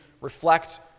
reflect